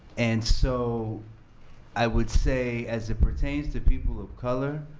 and so i would say, as it pertains to people of color